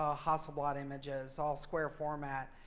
ah hasselblad images. all square format.